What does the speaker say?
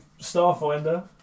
Starfinder